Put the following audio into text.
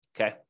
Okay